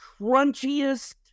crunchiest